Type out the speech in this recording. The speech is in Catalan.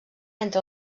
entre